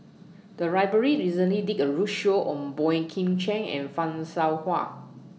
The Library recently did A roadshow on Boey Kim Cheng and fan Shao Hua